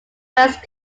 west